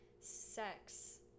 Sex